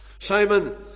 Simon